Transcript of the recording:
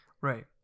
Right